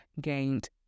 gained